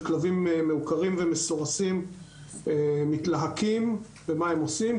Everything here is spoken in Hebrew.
כלבים מעוקרים ומסורסים מתלהקים ומה הם עושים,